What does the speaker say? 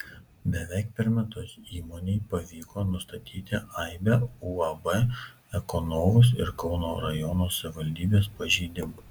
beveik per metus įmonei pavyko nustatyti aibę uab ekonovus ir kauno rajono savivaldybės pažeidimų